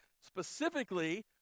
specifically